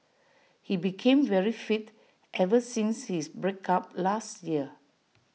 he became very fit ever since his break up last year